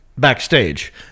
backstage